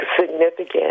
significant